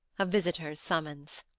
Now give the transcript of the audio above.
a visitor's summons.